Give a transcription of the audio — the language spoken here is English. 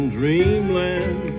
dreamland